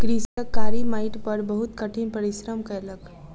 कृषक कारी माइट पर बहुत कठिन परिश्रम कयलक